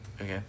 Okay